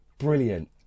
brilliant